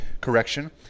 correction